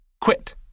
Quit